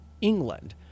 England